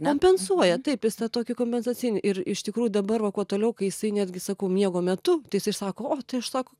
kompensuoja taip jis tą tokį kompensacinį ir iš tikrųjų dabar va kuo toliau kai jisai netgi sakau miego metu tai jisai sako o tai aš sako